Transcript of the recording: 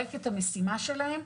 לפרק את המשימה שלהם,